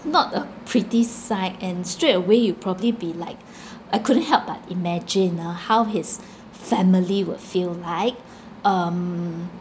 not a pretty sight and straight away you probably be like I couldn't help but imagine ah how his family would feel like um